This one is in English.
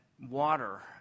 water